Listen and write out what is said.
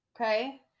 Okay